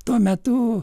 tuo metu